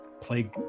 play